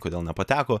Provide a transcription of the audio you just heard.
kodėl nepateko